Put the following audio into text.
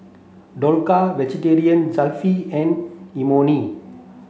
Dhokla Jalfrezi and Imoni